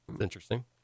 Interesting